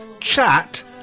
chat